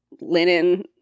linen